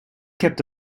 kept